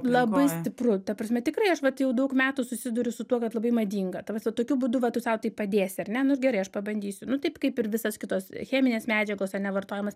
labai stipru ta prasme tikrai aš vat jau daug metų susiduriu su tuo kad labai madinga ta prasme tokiu būdu vat tu sau taip padėsi ar ne nu gerai aš pabandysiu nu taip kaip ir visos kitos cheminės medžiagos ane vartojimas